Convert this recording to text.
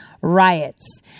riots